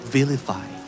Vilify